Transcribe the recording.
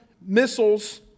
missiles